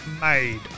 made